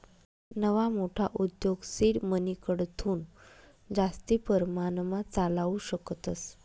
नवा मोठा उद्योग सीड मनीकडथून जास्ती परमाणमा चालावू शकतस